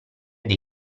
dei